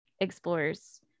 explores